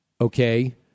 okay